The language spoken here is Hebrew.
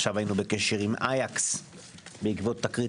עכשיו היינו בקשר עם אייאקס בעקבות תקרית